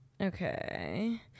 Okay